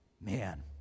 Man